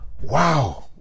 Wow